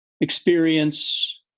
experience